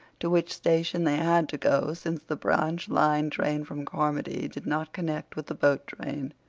to which station they had to go, since the branch line train from carmody did not connect with the boat train.